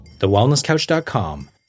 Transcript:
TheWellnessCouch.com